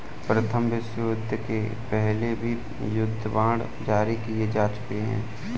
प्रथम विश्वयुद्ध के पहले भी युद्ध बांड जारी किए जा चुके हैं